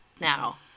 now